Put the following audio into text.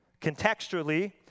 Contextually